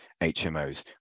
HMOs